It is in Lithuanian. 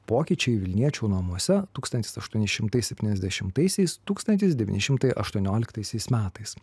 pokyčiai vilniečių namuose tūkstantis aštuoni šimtai septyniasdešimtaisiais tūkstantis devyni šimtai aštuonioliktaisiais metais